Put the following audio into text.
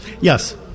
yes